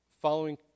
following